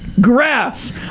grass